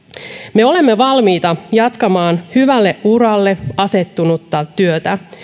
me olemme valmiita jatkamaan hyvälle uralle asettunutta työtä